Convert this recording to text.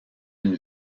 une